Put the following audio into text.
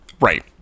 right